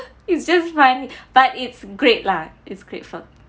it's just funny but it's great lah it's great for